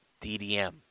DDM